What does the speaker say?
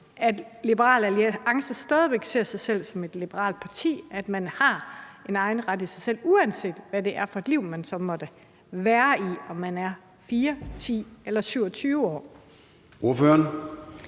at Liberal Alliance stadig ser sig selv som et liberalt parti: at man mener, at man har en egen ret i sig selv, uanset hvad det er for et liv, man så måtte være i, og uanset om man er 4, 10 eller